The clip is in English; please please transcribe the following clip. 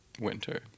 winter